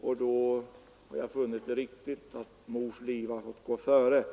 och då har jag funnit det riktigt att moderns liv går före.